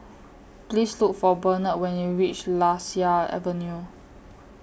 Please Look For Benard when YOU REACH Lasia Avenue